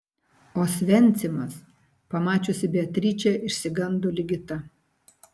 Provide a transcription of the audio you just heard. osvencimas pamačiusi beatričę išsigando ligita